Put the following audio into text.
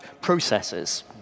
processes